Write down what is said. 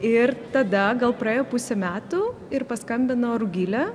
ir tada gal praėjo pusė metų ir paskambino rugilė